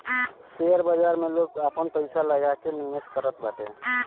share बाजार में लोग आपन पईसा लगा के निवेश करत बाटे